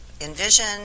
envision